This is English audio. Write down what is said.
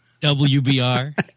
Wbr